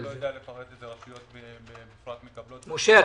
אני לא יודע לפרט איזה רשויות מקבלות --- משה,